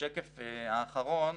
בשקף האחרון,